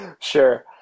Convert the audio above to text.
Sure